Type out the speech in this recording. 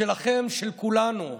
שלכם, של כולנו.